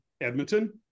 edmonton